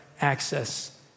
access